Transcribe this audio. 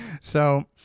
So-